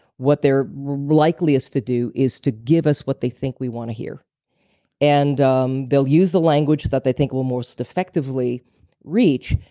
what they're likeliest to do is to give us what they think we want to hear and um they'll use the language that they think will most effectively reach,